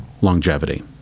longevity